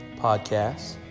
podcasts